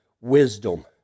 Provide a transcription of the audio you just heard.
wisdom